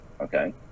okay